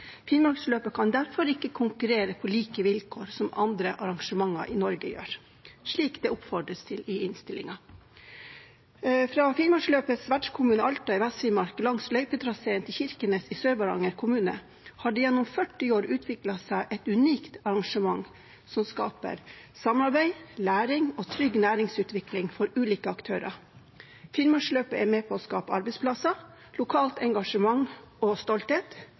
Finnmarksløpet kan derfor ikke konkurrere på like vilkår som andre arrangementer i Norge, slik det oppfordres til i innstillingen. Fra Finnmarksløpets vertskommune, Alta i Vest-Finnmark, langs løypetraseen til Kirkenes i Sør-Varanger kommune har det gjennom 40 år utviklet seg et unikt arrangement som skaper samarbeid, læring og trygg næringsutvikling for ulike aktører. Finnmarksløpet er med på å skape arbeidsplasser, lokalt engasjement, stolthet og